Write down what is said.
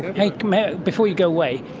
like you know before you go away,